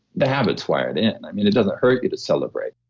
the habits wired in, it doesn't hurt you to celebrate.